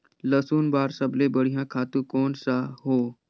लसुन बार सबले बढ़िया खातु कोन सा हो?